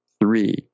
three